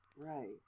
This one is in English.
Right